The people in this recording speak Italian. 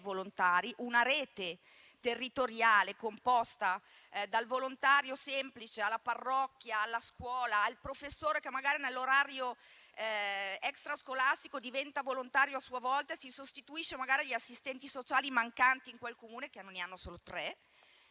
una rete territoriale composta che va dal volontario semplice alla parrocchia, alla scuola, al professore che magari nell'orario extrascolastico diventa a sua volta volontario sostituendosi agli assistenti sociali mancanti in quei Comuni che ne hanno solo tre